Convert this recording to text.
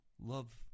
love